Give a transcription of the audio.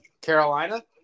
Carolina